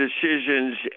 decisions